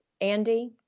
Andy